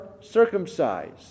circumcised